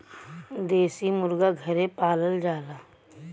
देसी मुरगा घरे पालल जाला